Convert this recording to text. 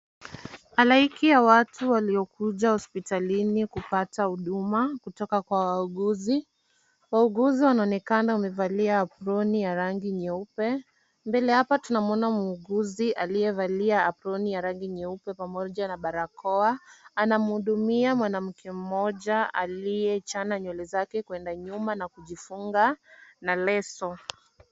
Halaiki ya watu waliokuja hospitalini kupata huduma kutoka kwa wauguzi, wauguzi wanaonekana wamevalia aproni ya rangi nyeupe. Mbele ya hapa tunamwona muuguzi aliyevalia aproni ya rangi nyeupe pamoja na barakoa anamhudumia mwanamke mmoja aliyechana nywele zake kwenda nyuma na kujifunga na leso.